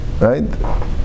right